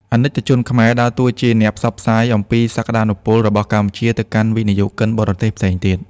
អាណិកជនខ្មែរ ដើរតួជាអ្នកផ្សព្វផ្សាយអំពីសក្ដានុពលរបស់កម្ពុជា ទៅកាន់វិនិយោគិនបរទេសផ្សេងទៀត